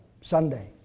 Sunday